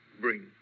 bring